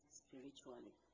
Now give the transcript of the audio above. spiritually